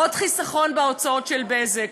עוד חיסכון בהוצאות של "בזק",